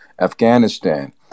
Afghanistan